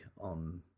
on